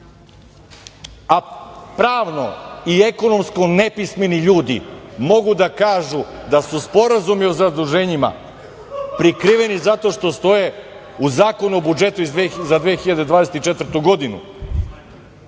a pravno i ekonomsko nepismeni ljudi mogu da kažu da su sporazumi o zaduženjima prikriveni zato što stoje u Zakonu o budžetu za 2024. godinu.